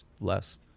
less